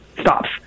stops